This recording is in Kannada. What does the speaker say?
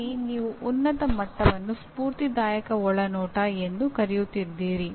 ಇಲ್ಲಿ ನೀವು ಉನ್ನತ ಮಟ್ಟವನ್ನು ಸ್ಪೂರ್ತಿದಾಯಕ ಒಳನೋಟ ಎಂದು ಕರೆಯುತ್ತಿದ್ದೀರಿ